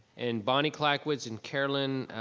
and bonnie clackwoods and caroline,